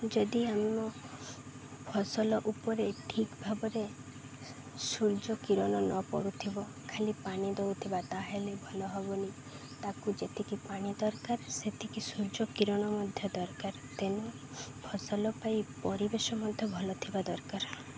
ଯଦି ଆମ ଫସଲ ଉପରେ ଠିକ୍ ଭାବରେ ସୂର୍ଯ୍ୟ କିିରଣ ନ ପଡ଼ୁଥିବ ଖାଲି ପାଣି ଦଉଥିବା ତା'ହେଲେ ଭଲ ହବନି ତାକୁ ଯେତିକି ପାଣି ଦରକାର ସେତିକି ସୂର୍ଯ୍ୟ କିିରଣ ମଧ୍ୟ ଦରକାର ତେଣୁ ଫସଲ ପାଇଁ ପରିବେଶ ମଧ୍ୟ ଭଲ ଥିବା ଦରକାର